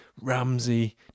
Ramsey